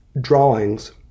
drawings